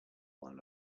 one